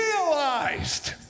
realized